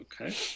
okay